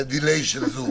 בבקשה.